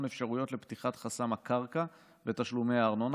אפשרויות לפתיחת חסם הקרקע ותשלומי הארנונה,